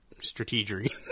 Strategic